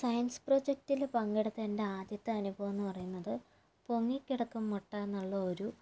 science പ്രോജക്ടിൽ പങ്കെടുത്ത എൻ്റെ ആദ്യത്തെ അനുഭവമെന്ന് പറയുന്നത് പൊങ്ങിക്കിടക്കും മുട്ട എന്നുള്ള ഒരു